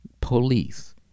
police